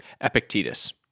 Epictetus